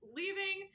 leaving